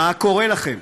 מה קורה לכם?